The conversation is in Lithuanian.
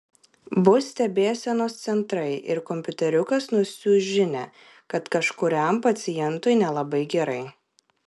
bus stebėsenos centrai ir kompiuteriukas nusiųs žinią kad kažkuriam pacientui nelabai gerai